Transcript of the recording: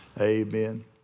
Amen